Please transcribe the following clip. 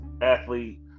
athlete